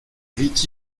rit